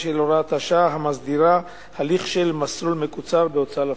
של הוראת השעה המסדירה הליך של מסלול מקוצר בהוצאה לפועל.